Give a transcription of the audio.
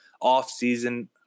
off-season